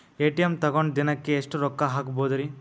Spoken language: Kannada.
ಎ.ಟಿ.ಎಂ ತಗೊಂಡ್ ದಿನಕ್ಕೆ ಎಷ್ಟ್ ರೊಕ್ಕ ಹಾಕ್ಬೊದ್ರಿ?